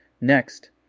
Next